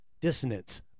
dissonance